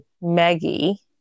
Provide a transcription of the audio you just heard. Maggie